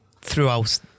throughout